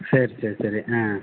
சரி சரி சரி ஆ